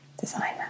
designer